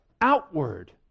outward